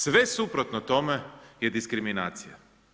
Sve suprotno tome je diskriminacija.